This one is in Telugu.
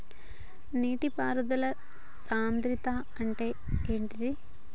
నీటి పారుదల సంద్రతా అంటే ఏంటిది?